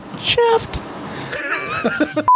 Chef